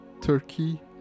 turkey